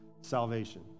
salvation